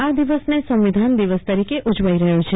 આ દિવસને સંવિધાન દિવસ તરીકે ઉજવાઈ રહ્યો છે